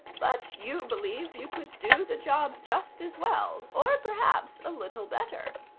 but you believe you could do the job just as well, or perhaps a little better.